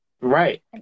Right